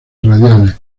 radiales